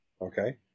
okay